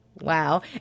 Wow